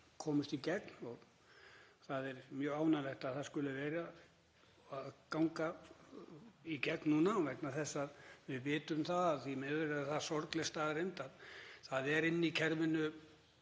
komist í gegn og það er mjög ánægjulegt að það skuli vera að ganga í gegn núna, vegna þess að við vitum að því miður er það sorgleg staðreynd að það er inni í kerfinu